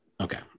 Okay